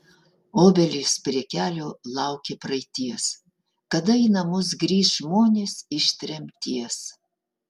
obelys prie kelio laukia praeities kada į namus grįš žmonės iš tremties